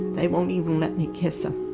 they won't even let me kiss them.